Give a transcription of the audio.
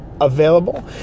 available